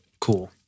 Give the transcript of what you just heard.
cool